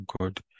God